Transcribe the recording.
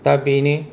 दा बेनो